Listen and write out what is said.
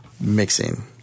mixing